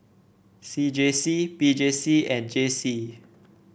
C J C P J C and J C